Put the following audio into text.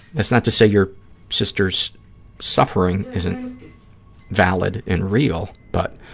that's not to say your sister's suffering isn't valid and real, but